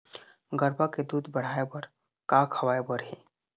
गरवा के दूध बढ़ाये बर का खवाए बर हे?